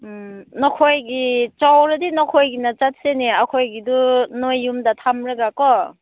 ꯎꯝ ꯅꯈꯣꯏꯒꯤ ꯆꯥꯎꯔꯗꯤ ꯅꯈꯣꯏꯒꯤꯅ ꯆꯠꯁꯤꯅꯦ ꯑꯩꯈꯣꯏꯒꯤꯗꯨ ꯅꯣꯏ ꯌꯨꯝꯗ ꯊꯝꯂꯒ ꯀꯣ